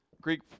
Greek